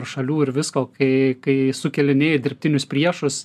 ar šalių ir visko kai kai sukėlinėji dirbtinius priešus